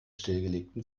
stillgelegten